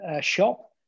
shop